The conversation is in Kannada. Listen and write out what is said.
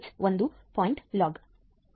ಆದ್ದರಿಂದ "cat stats 1